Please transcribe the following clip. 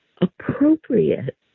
appropriate